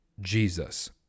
Jesus